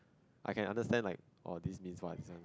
I can understand like or this this one this one